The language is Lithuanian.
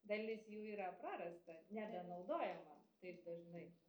dalis jų yra prarasta nebenaudojama taip dažnai